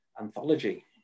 anthology